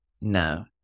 No